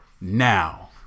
Now